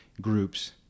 groups